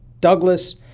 Douglas